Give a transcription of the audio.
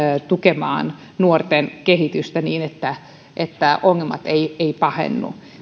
tukemassa nuorten kehitystä niin että että ongelmat eivät pahene